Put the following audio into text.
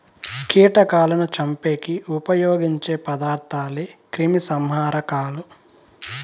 కీటకాలను చంపేకి ఉపయోగించే పదార్థాలే క్రిమిసంహారకాలు